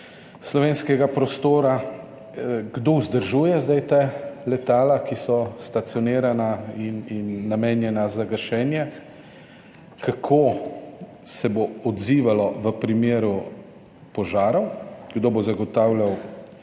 slovenskega prostora? Kdo vzdržuje ta letala, ki so stacionirana pri nas in so namenjena za gašenje? Kako se bo odzivalo v primeru požarov? Kdo bo zagotavljal